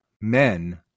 men